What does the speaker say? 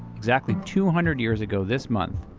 exactly two hundred years ago this month,